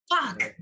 Fuck